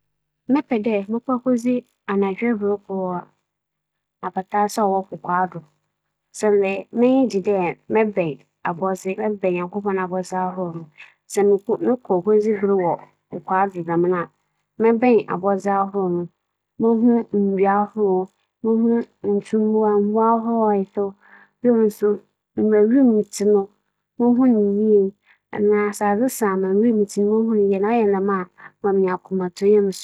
Mebɛpɛ dɛ mebɛda tan da bi mu wͻ bepͻw bi etsifi ewimbir kor bi kyɛn dɛ mobͻkͻ m'aka da tsetse aban kɛse bi mu anadwe kor bi siantsir nye dɛ sɛ meda bepͻw no do a, mobotum ato m'enyi meehu wiadze nyinaa na mbrɛ osi ͻbɛyɛ wͻ m'enyiwa do ͻbɛyɛ me fɛw pii na mframa so bɛfa moho na mbom tsetse aban kɛse dze minnyim no mu asɛm ntsi mobosuro.